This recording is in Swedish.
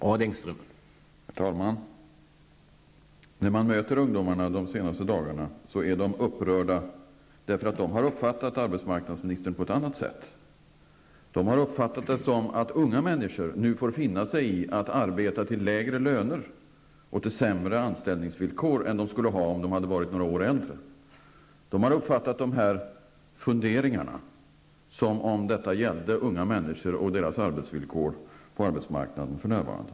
Herr talman! När jag har mött ungdomar de senaste dagarna har de varit upprörda, därför att de har uppfattat arbetsmarknadsministern på ett annat sätt. De har uppfattat det som att unga människor nu får finna sig i att arbeta till lägre löner och på sämre anställningsvillkor än de skulle ha gjort om de hade varit några år äldre. De har uppfattat dessa ''funderingar'' som om det gällde unga människor och deras arbetsvillkor på arbetsmarknaden för närvarande.